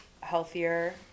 healthier